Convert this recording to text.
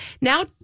Now